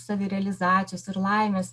savirealizacijos ir laimės